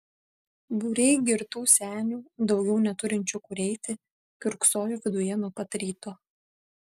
būriai girtų senių daugiau neturinčių kur eiti kiurksojo viduje nuo pat ryto